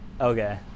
Okay